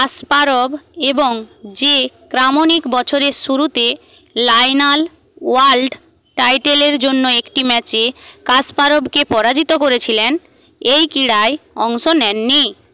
Kasparov এবং যে Kramnik বছরের শুরুতে লাইনাল ওয়ার্ল্ড টাইটেলের জন্য একটি ম্যাচে কাসপারভকে পরাজিত করেছিলেন এই ক্রীড়ায় অংশ নেননি